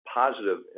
positive